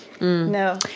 No